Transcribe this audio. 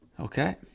Okay